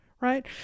Right